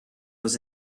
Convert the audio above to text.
was